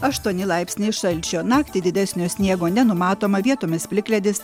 aštuoni laipsniai šalčio naktį didesnio sniego nenumatoma vietomis plikledis